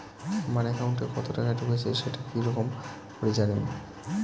আমার একাউন্টে কতো টাকা ঢুকেছে সেটা কি রকম করি জানিম?